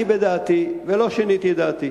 אני בדעתי, ולא שיניתי את דעתי,